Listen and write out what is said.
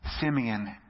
Simeon